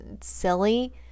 silly